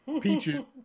Peaches